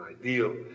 ideal